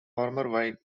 former